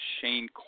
Shane